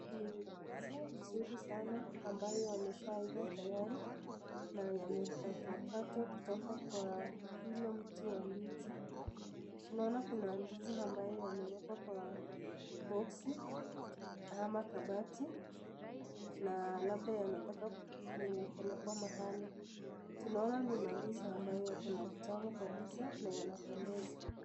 Ni ndizi nzuri sana ambayo yameshaiva tayari na yamekatwa katwa kutoka kwa ule mti wa ndizi. Tunaona kuna ndizi ambayo yamewekwa kwa boksi ama kabati na labda yanataka kupelekwa mahali. Tunaona ni mandizi ambayo yako na utamu kabisa na yanapendeza.